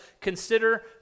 consider